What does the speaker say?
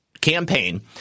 campaign